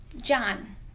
John